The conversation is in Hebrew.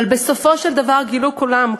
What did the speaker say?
אבל בסופו של דבר גילו כולם,